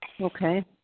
Okay